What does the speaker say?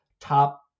top